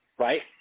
Right